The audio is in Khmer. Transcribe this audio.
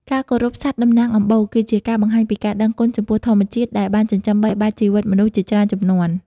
ការគោរពសត្វតំណាងអំបូរ គឺជាការបង្ហាញពីការដឹងគុណចំពោះធម្មជាតិដែលបានចិញ្ចឹមបីបាច់ជីវិតមនុស្សជាច្រើនជំនាន់។